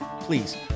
please